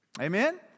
Amen